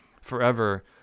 forever